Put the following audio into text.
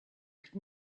could